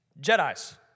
Jedis